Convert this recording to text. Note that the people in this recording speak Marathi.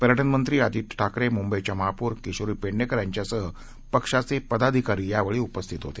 पर्यटन मंत्री आदित्य ठाकरे मुंबईच्या महापोर किशोरी पेडणेकर यांच्यासह पक्षाचे पदाधिकारी यावेळी उपस्थित होते